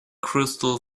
crystal